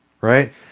right